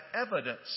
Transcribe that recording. evidence